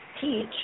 teach